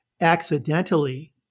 accidentally